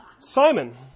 Simon